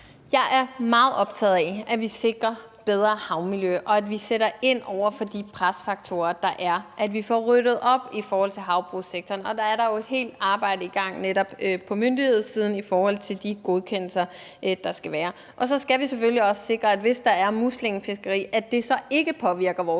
Jeg er meget optaget af, at vi sikrer bedre havmiljø, vi sætter ind over for de presfaktorer, der er, og at vi får ryddet op i havbrugssektoren. Der er der jo et helt arbejde i gang på myndighedssiden i forhold til de godkendelser, der skal være. Og så skal vi selvfølgelig også sikre, at det ikke, hvis der er muslingefiskeri, påvirker vores